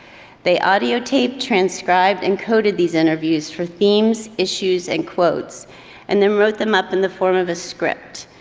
they audiotaped, transcribed and coded these interviews for themes, issues and quotes and then wrote them up in the form of a script.